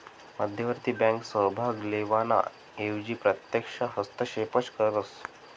मध्यवर्ती बँक सहभाग लेवाना एवजी प्रत्यक्ष हस्तक्षेपच करस